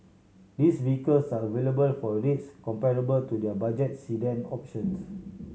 these vehicles are available for rates comparable to their budget sedan options